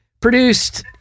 Produced